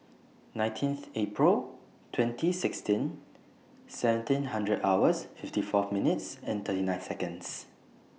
nineteenth April twenty sixteen seventeen hundred hours fifty four minutes thirty nine Seconds